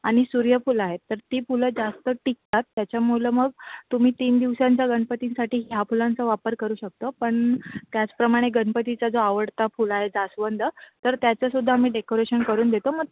आणि सूर्यफूल आहे तर ती फुलं जास्त टिकतात त्याच्यामुळं मग तुम्ही तीन दिवसांच्या गणपतींसाठी ह्या फुलांचा वापर करू शकता पण त्याचप्रमाणे गणपतीचा जो आवडता फुल आहे जास्वंद तर त्याचं सुद्धा आम्ही डेकोरेशन करून देतो मग